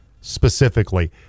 specifically